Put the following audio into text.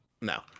no